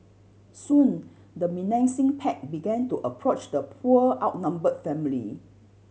soon the menacing pack began to approach the poor outnumbered family